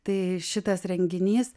tai šitas renginys